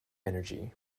energy